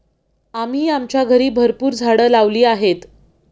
आम्ही आमच्या घरी भरपूर झाडं लावली आहेत